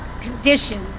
condition